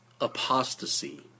apostasy